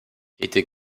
était